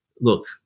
look